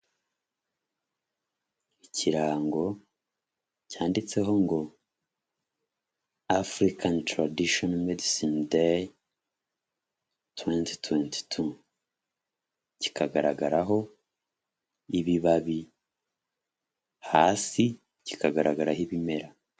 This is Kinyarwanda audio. Ikirango cyanditseho ngo afurikani taradisgoni medisini deyi tuwenti tuwenti tu, kikagaragaraho ibibabi hasi kikagaragaraho ibimera.